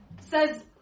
Says